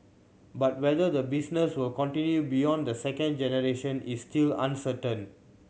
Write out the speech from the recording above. but whether the business will continue beyond the second generation is still uncertain